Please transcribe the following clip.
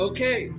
Okay